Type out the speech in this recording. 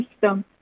system